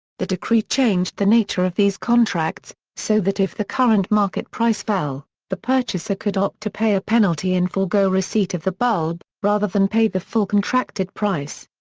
the decree changed the nature of these contracts, so that if the current market price fell, the purchaser could opt to pay a penalty and forgo receipt of the bulb, rather than pay the full contracted price.